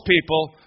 people